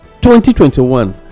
2021